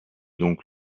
donc